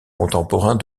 contemporains